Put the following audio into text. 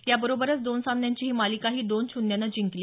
याबरोबरच दोन सामन्यांची ही मालिकाही दोन शून्यनं जिंकली